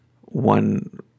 one